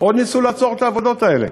עוד ניסו לעצור את העבודות האלה.